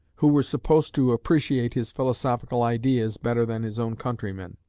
who were supposed to appreciate his philosophical ideas better than his own countrymen,